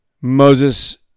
Moses